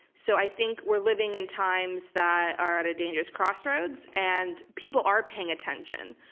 so i think we're living in times that are at a dangerous crossroads and people are paying attention.